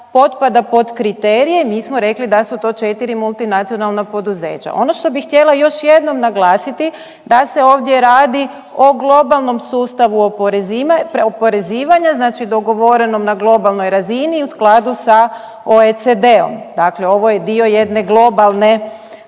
potpada pod kriterije, mi smo rekli da su to 4 multinacionalna poduzeća. Ono što bih htjela još jednom naglasiti da se ovdje radi o globalnom sustavu oporezivanja znači dogovorenom na globalnoj razini i u skladu s OECD-om. Dakle ovo je dio jedne globalne,